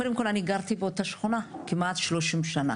קודם כל אני גרתי באותה שכונה כמעט 30 שנה,